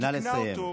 או תיקנה אותו,